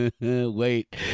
wait